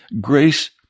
Grace